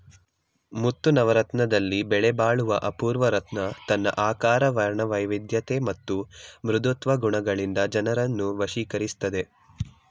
ಮುತ್ತು ನವರತ್ನದಲ್ಲಿ ಬೆಲೆಬಾಳುವ ಅಪೂರ್ವ ರತ್ನ ತನ್ನ ಆಕಾರ ವರ್ಣವೈವಿಧ್ಯತೆ ಮತ್ತು ಮೃದುತ್ವ ಗುಣಗಳಿಂದ ಜನರನ್ನು ವಶೀಕರಿಸ್ತದೆ